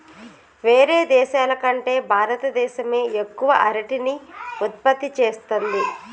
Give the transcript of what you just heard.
వేరే దేశాల కంటే భారత దేశమే ఎక్కువ అరటిని ఉత్పత్తి చేస్తంది